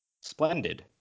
splendid